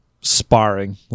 sparring